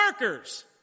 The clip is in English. workers